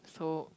so